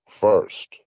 first